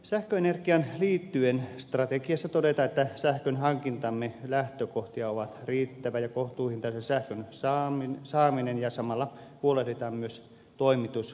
sähköenergiaan liittyen strategiassa todetaan että sähkönhankintamme lähtökohtia ovat riittävän ja kohtuuhintaisen sähkön saaminen ja samalla huolehditaan myös toimitusvarmuudesta